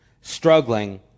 struggling